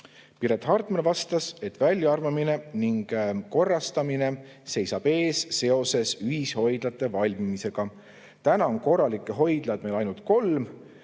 Piret Hartman vastas, et väljaarvamine ning korrastamine seisab ees seoses ühishoidlate valmimisega. Täna on korralikke hoidlaid meil ainult kolm: